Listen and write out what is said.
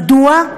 מדוע?